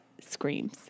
screams